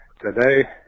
today